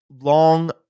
long